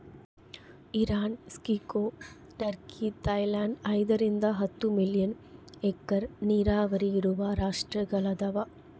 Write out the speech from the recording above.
Iran ಕ್ಸಿಕೊ Turkey Thailand ಐದರಿಂದ ಹತ್ತು ಮಿಲಿಯನ್ ಹೆಕ್ಟೇರ್ ನೀರಾವರಿ ಇರುವ ರಾಷ್ಟ್ರಗಳದವ